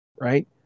right